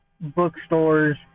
bookstores